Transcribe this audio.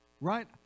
right